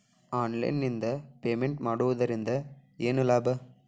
Online ನಿಂದ payment ಮಾಡುವುದರಿಂದ ಏನು ಲಾಭ?